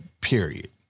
period